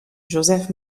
joseph